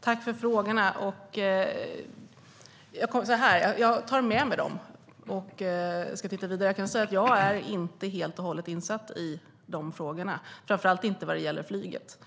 Herr talman! Tack för frågorna, Karin Svensson Smith! Jag tar med mig dem och ska titta vidare på detta. Jag kan säga att jag inte är helt och hållet insatt i de här frågorna, framför allt inte när det gäller flyget,